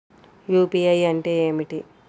UPI అంటే ఏమిటి?